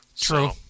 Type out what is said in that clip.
True